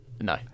No